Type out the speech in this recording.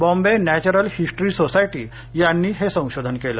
Bombay natural history society यांनी हे संशोधन केलं